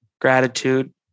gratitude